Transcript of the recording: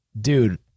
Dude